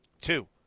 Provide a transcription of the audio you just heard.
Two